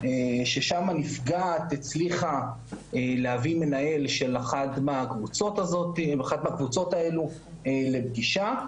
ששם נפגעת הצליחה להביא מנהל של אחת מהקבוצות האלה לפגישה,